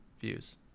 views